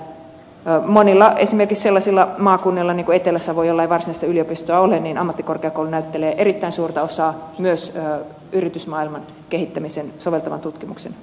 monilla esimerkiksi sellaisilla maakunnilla kuin etelä savo jolla ei varsinaista yliopistoa ole ammattikorkeakoulu näyttelee erittäin suurta osaa myös yritysmaailman kehittämisen ja soveltavan tutkimuksen osalta